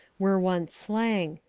were once slang.